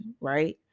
right